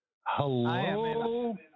Hello